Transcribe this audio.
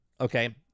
okay